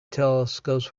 telescopes